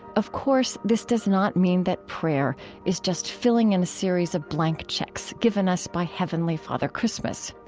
of course, this does not mean that prayer is just filling in a series of blank cheques given us by heavenly father christmas.